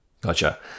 Gotcha